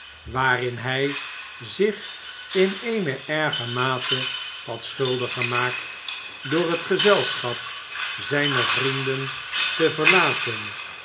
waarin hij zich in eene erge mate had schuldig gemaakt door het gezelschap zijner vrienden te verlaten